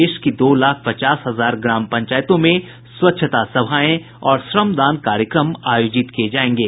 देश की दो लाख पचास हजार ग्राम पंचायतों में स्वच्छता सभाएं और श्रमदान कार्यक्रम आयोजित किए जायेंगे